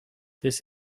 this